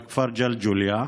בכפר ג'לג'וליה,